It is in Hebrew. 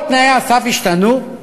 כל תנאי הסף השתנו.